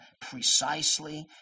precisely